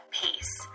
pace